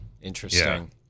Interesting